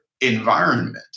environment